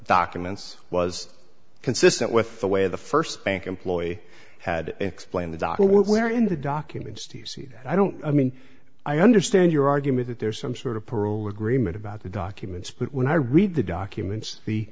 documents was consistent with the way the first bank employee had explained the doc and where in the documents i don't i mean i understand your argument that there's some sort of parole agreement about the documents but when i read the